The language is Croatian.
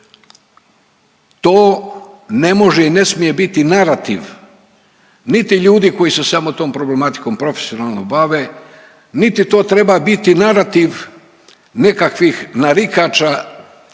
To ne može i ne smije biti narativ niti ljudi koji se samo tom problematikom profesionalno bave, niti to treba biti narativ nekakvih narikača